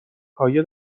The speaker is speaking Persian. پایه